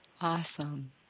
Awesome